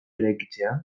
eraikitzea